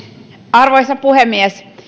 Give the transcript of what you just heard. arvoisa puhemies